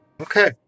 Okay